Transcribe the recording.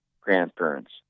grandparents